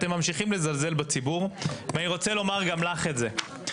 אתם ממשיכים לזלזל בציבור ואני רוצה לומר גם לךְ את זה,